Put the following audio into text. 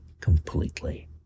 completely